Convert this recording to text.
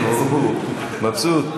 הוא מבסוט.